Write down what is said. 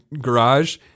garage